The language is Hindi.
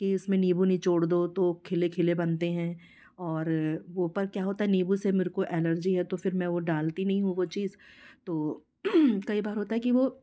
कि इसमें नींबू नहीं छोड़ दो तो खिले खिले बनते हैं और ऊपर क्या होता है नींबू से मेरे को एलर्जी है तो फिर मैं वो डालती नहीं हूँ वो चीज तो कई बार होता है कि वो